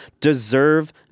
deserve